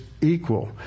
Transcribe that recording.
equal